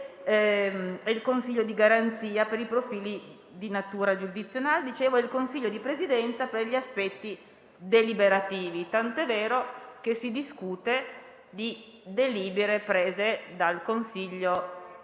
il Consiglio di garanzia, per l'aspetto giurisdizionale, e il Consiglio di Presidenza per gli aspetti deliberativi, tanto è vero che si discute di delibere prese dal Consiglio